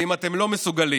ואם אתם לא מסוגלים,